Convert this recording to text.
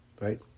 right